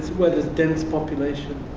where there's dense population.